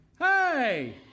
Hey